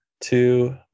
two